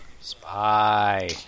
spy